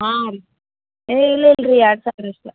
ಹಾಂ ರೀ ಇಲ್ಲ ಇಲ್ರಿ ಎರಡು ಸಾವಿರ ಅಷ್ಟೇ